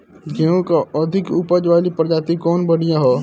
गेहूँ क अधिक ऊपज वाली प्रजाति कवन बढ़ियां ह?